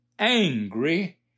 angry